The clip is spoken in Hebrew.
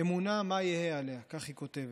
"האמונה, מה יהא עליה?" כך היא כותבת.